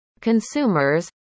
consumers